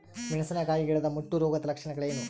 ಮೆಣಸಿನಕಾಯಿ ಗಿಡದ ಮುಟ್ಟು ರೋಗದ ಲಕ್ಷಣಗಳೇನು?